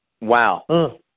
Wow